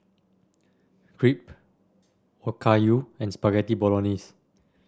Crepe Okayu and Spaghetti Bolognese